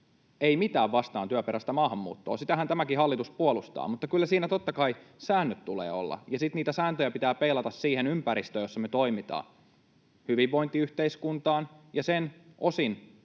Ei mitään vastaan työperäistä maahanmuuttoa, sitähän tämäkin hallitus puolustaa. Mutta kyllä siinä, totta kai, säännöt tulee olla, ja sitten niitä sääntöjä pitää peilata siihen ympäristöön, jossa me toimitaan, hyvinvointiyhteiskuntaan ja sen osin